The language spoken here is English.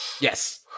Yes